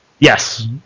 Yes